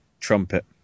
trumpet